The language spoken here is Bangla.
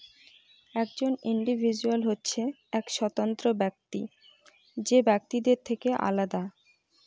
একজন ইন্ডিভিজুয়াল হচ্ছে এক স্বতন্ত্র ব্যক্তি যে বাকিদের থেকে আলাদা